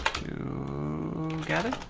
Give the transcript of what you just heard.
to like and